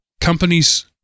Companies